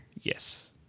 Yes